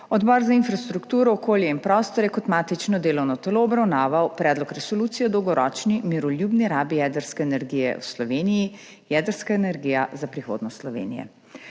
Odbor za infrastrukturo, okolje in prostor je kot matično delovno telo obravnaval predlog resolucije o dolgoročni miroljubni rabi jedrske energije v Sloveniji Jedrska energija za prihodnost Slovenije.